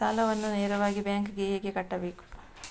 ಸಾಲವನ್ನು ನೇರವಾಗಿ ಬ್ಯಾಂಕ್ ಗೆ ಹೇಗೆ ಕಟ್ಟಬೇಕು?